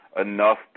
enough